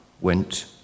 went